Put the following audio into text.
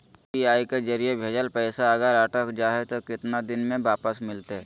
UPI के जरिए भजेल पैसा अगर अटक जा है तो कितना दिन में वापस मिलते?